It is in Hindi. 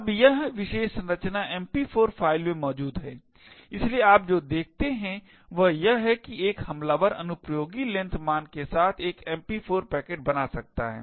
अब यह विशेष संरचना MP4 फ़ाइल में मौजूद है इसलिए आप जो देखते हैं वह यह है कि एक हमलावर अनुपयोगी length मान के साथ एक MP4 पैकेट बना सकता है